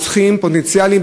רוצחים פוטנציאליים,